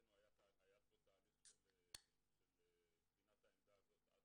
מבחינתנו היה פה תהליך של בחינת העמדה הזו עד